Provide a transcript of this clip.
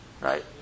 Right